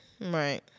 right